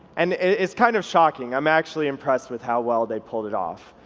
and it's kind of shocking. i'm actually impressed with how well they pulled it off.